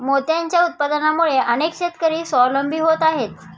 मोत्यांच्या उत्पादनामुळे अनेक शेतकरी स्वावलंबी होत आहेत